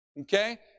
okay